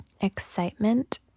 excitement